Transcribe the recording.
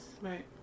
Right